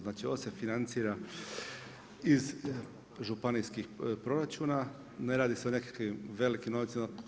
Znači ovo se financira iz županijskih proračuna, ne radi se o nekakvim velikim novcima.